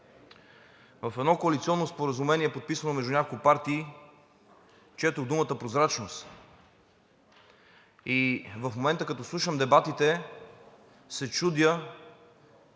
В едно коалиционно споразумение, подписано между няколко партии, четох думата „прозрачност“. В момента, като слушам дебатите, се чудя